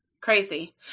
crazy